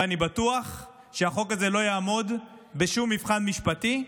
ואני בטוח שהחוק הזה לא יעמוד בשום מבחן משפטי.